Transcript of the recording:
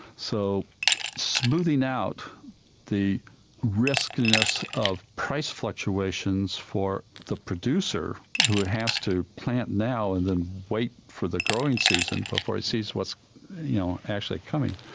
so smoothing out the riskiness of price fluctuations for the producer, who has to plant now and wait for the growing season before he sees what's you know actually coming,